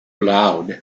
loud